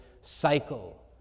cycle